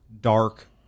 dark